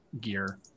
gear